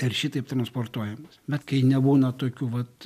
ir šitaip transportuojamas bet kai nebūna tokių vat